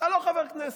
אתה לא חבר כנסת,